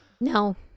No